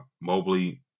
Mobley